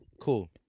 cool